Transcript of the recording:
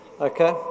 Okay